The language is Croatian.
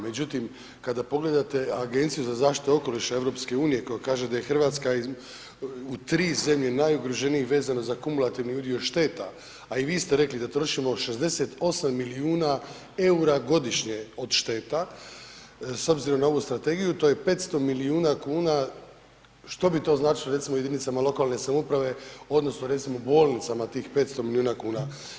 Međutim, kada pogledate Agenciju za zaštitu okoliša EU koja kaže da je Hrvatska u tri zemlje najugroženije vezano za kumulativni udio šteta, a i vi ste rekli da trošimo 68 milijuna EUR-a godišnje od šteta, s obzirom na ovu strategiju to je 500 milijuna kuna, što bi to značilo recimo jedinicama lokalne samouprave odnosno recimo bolnicama tih 500 milijuna kuna.